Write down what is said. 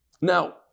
Now